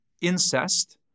incest